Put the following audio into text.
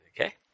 Okay